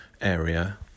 area